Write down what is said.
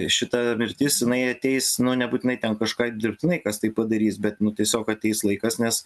šita mirtis jinai ateis nu nebūtinai ten kažką dirbtinai kas tai padarys bet nu tiesiog ateis laikas nes